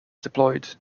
deployed